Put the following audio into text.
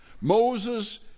Moses